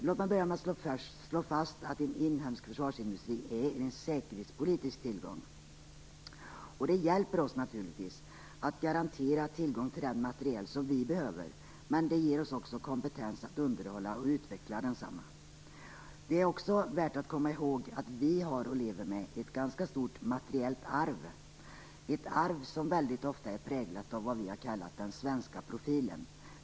Låt mig börja med att slå fast att en inhemsk försvarsindustri är en säkerhetspolitisk tillgång. Den hjälper oss naturligtvis att garantera tillgång till den materiel som vi behöver, men den ger oss också kompetens att underhålla och utveckla densamma. Det är också värt att komma ihåg att vi har och lever med ett ganska stort materiellt arv, ett arv som ofta är präglat av vad vi har kallat den svenska profilen.